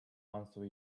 answer